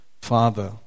father